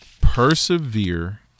persevere